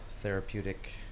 therapeutic